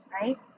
right